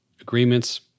agreements